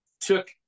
took